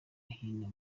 hino